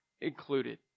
included